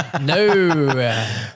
no